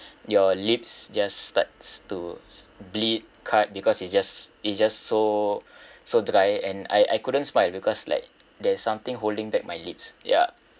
your lips just starts to bleed cut because it just it just so so dry and I I couldn't smile because like there's something holding back my lips ya